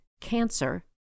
cancer